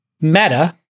Meta